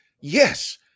yes